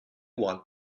want